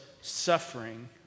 suffering